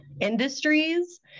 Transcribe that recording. industries